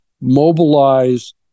mobilize